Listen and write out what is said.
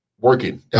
Working